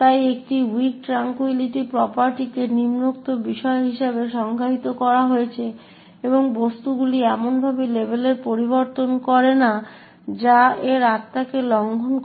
তাই একটি weak tranquillity প্রপার্টিকে নিম্নোক্ত বিষয় হিসাবে সংজ্ঞায়িত করা হয়েছে এবং বস্তুগুলি এমনভাবে লেবেল পরিবর্তন করে না যা এর আত্মাকে লঙ্ঘন করে